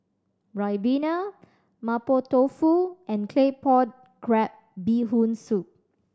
ribena Mapo Tofu and Claypot Crab Bee Hoon Soup